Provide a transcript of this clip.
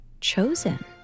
chosen